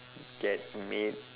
get made